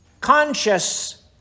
conscious